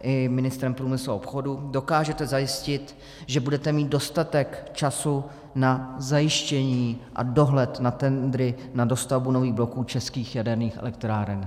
i ministrem průmyslu a obchodu, dokážete zajistit, že budete mít dostatek času na zajištění a dohled na tendry na dostavbu nových bloků českých jaderných elektráren?